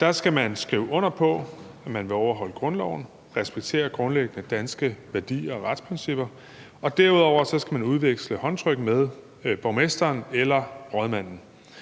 Der skal man skrive under på, at man vil overholde grundloven og respektere grundlæggende danske værdier og retsprincipper, og derudover skal man udveksle et håndtryk med borgmesteren eller rådmanden.